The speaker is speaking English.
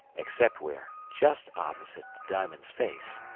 except where, just opposite to diamond's face,